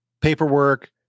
paperwork